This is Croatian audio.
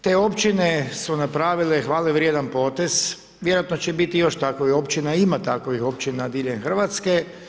Te općine su napravile hvalevrijedan potez, vjerojatno će biti još takvih općina, ima takvih općina diljem RH.